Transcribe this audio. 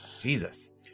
Jesus